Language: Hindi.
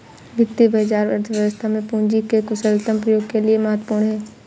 वित्तीय बाजार अर्थव्यवस्था में पूंजी के कुशलतम प्रयोग के लिए महत्वपूर्ण है